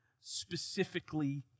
specifically